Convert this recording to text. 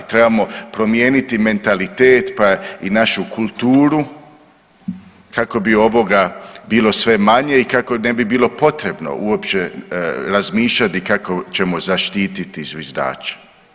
Trebamo promijeniti mentalitet pa i našu kulturu kako bi bilo ovoga sve manje i kako ne bi bilo potrebno uopće razmišljati kako ćemo zaštititi zviždača.